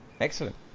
Excellent